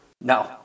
No